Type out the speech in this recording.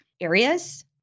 areas